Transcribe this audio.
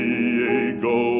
Diego